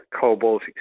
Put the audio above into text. cobalt